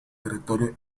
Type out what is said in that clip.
territorio